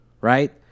right